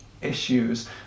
issues